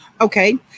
Okay